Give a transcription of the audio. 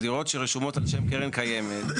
הדירות הרשומות על קרן קיימת,